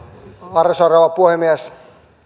arvoisa rouva puhemies